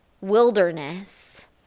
wilderness